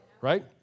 right